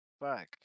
fuck